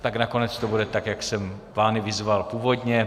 Tak nakonec to bude tak, jak jsem vás vyzval původně.